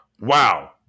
Wow